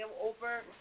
over